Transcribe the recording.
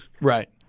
right